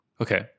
Okay